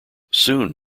soon